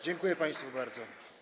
Dziękuję państwu bardzo.